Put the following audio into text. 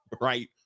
right